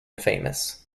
famous